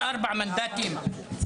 24 מנדטים,